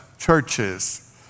Churches